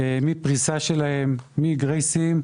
מפריסה שלהן, מגרייסם.